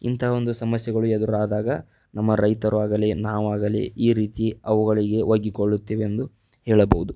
ಇಂಥ ಒಂದು ಸಮಸ್ಯೆಗಳು ಎದುರಾದಾಗ ನಮ್ಮ ರೈತರು ಆಗಲಿ ನಾವಾಗಲಿ ಈ ರೀತಿ ಅವುಗಳಿಗೆ ಒಗ್ಗಿಕೊಳ್ಳುತ್ತೇವೆಂದು ಹೇಳಬೌದು